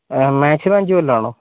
maximum അഞ്ച് കൊല്ലമാണോ